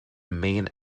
main